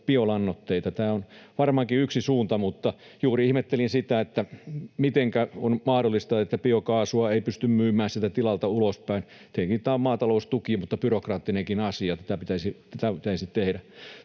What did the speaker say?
biolannoitteita. Tämä on varmaankin yksi suunta, mutta juuri ihmettelin sitä, mitenkä on mahdollista, että biokaasua ei pysty myymään sieltä tilalta ulospäin. Tietenkin tämä on maataloustuki- mutta byrokraattinenkin asia, mitä pitäisi tehdä.